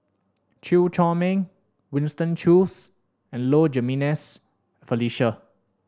Chew Chor Meng Winston Choos and Low Jimenez Felicia